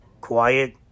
quiet